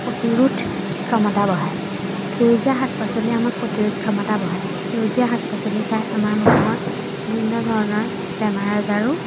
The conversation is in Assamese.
প্ৰতিৰোধ ক্ষমতা বঢ়ায় সেউজীয়া শাক পাচলিয়ে আমাক প্ৰতিৰোধ ক্ষমতা বহায় সেউজীয়া শাক পাচলি খাই আমাৰ মানুহৰ বিভিন্ন ধৰণৰ বেমাৰ আজাৰো